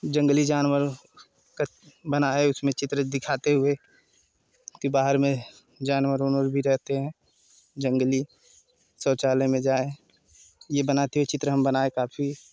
जंगली जानवर क बनाए उसमें चित्र दिखाते हुए की बाहर में जानवर अनवर भी रहते हैं जंगली शौचालय में जाए ये बनाते हुए चित्र हम बनाए काफ़ी